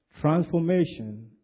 Transformation